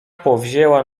powzięła